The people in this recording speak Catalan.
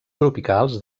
tropicals